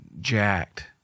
jacked